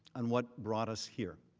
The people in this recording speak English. on what brought us here.